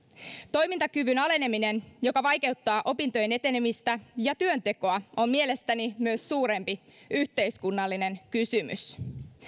toimintakyvyn aleneminen joka vaikeuttaa opintojen etenemistä ja työntekoa on mielestäni myös suurempi yhteiskunnallinen kysymys